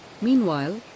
Meanwhile